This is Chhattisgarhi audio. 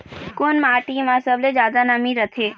कोन माटी म सबले जादा नमी रथे?